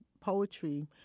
poetry